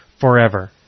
forever